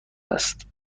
است